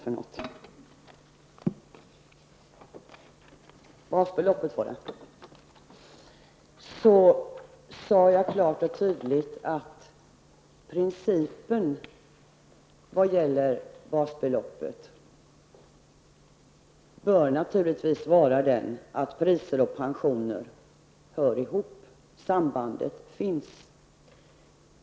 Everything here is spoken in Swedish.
Jag sade klart och tydligt att principen när det gäller basbeloppet naturligtvis bör vara att priser och pensioner hör ihop, sambandet finns.